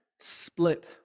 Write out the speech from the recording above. split